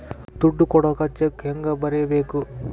ದುಡ್ಡು ಕೊಡಾಕ ಚೆಕ್ ಹೆಂಗ ಬರೇಬೇಕು?